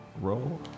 roll